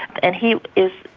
and he is,